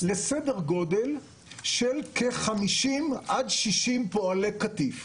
לסדר גודל של כ-60-50 פועלי קטיף.